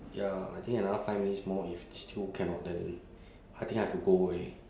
ya I think another five minutes more if still cannot then I think I have to go already